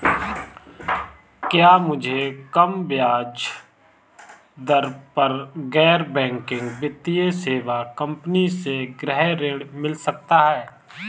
क्या मुझे कम ब्याज दर पर गैर बैंकिंग वित्तीय सेवा कंपनी से गृह ऋण मिल सकता है?